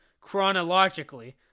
Chronologically